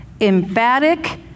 emphatic